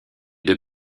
deux